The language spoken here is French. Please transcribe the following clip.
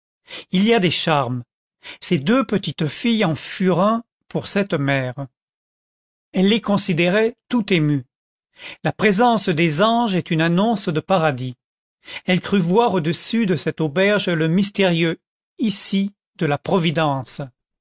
il y a des charmes ces deux petites filles en furent un pour cette mère elle les considérait toute émue la présence des anges est une annonce de paradis elle crut voir au dessus de cette auberge le mystérieux ici de la providence